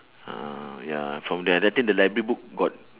ah ya from that I think the library book got